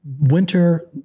Winter